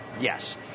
Yes